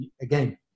again